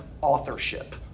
authorship